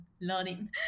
learning